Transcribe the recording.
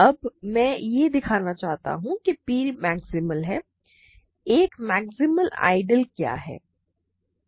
अब मैं यह दिखाना चाहता हूं कि P मैक्सिमल है एक मैक्सिमल आइडियल क्या है